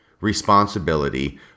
responsibility